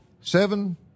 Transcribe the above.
seven